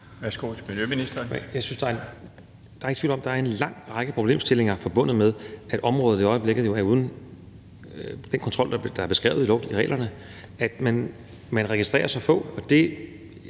er ingen tvivl om, at der er en lang række problemstillinger forbundet med, at området i øjeblikket jo er uden den kontrol, der er beskrevet i reglerne, altså at man registrerer så få. Det